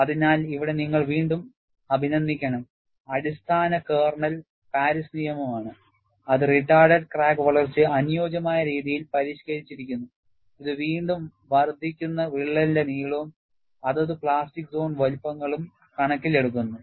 അതിനാൽ ഇവിടെ നിങ്ങൾ വീണ്ടും അഭിനന്ദിക്കണം അടിസ്ഥാന കേർണൽ പാരീസ് നിയമമാണ് അത് റിട്ടാർഡഡ് ക്രാക്ക് വളർച്ചയ്ക്ക് അനുയോജ്യമായ രീതിയിൽ പരിഷ്ക്കരിച്ചിരിക്കുന്നു ഇത് വീണ്ടും വർദ്ധിക്കുന്ന വിള്ളലിന്റെ നീളവും അതത് പ്ലാസ്റ്റിക് സോൺ വലുപ്പങ്ങളും കണക്കിലെടുക്കുന്നു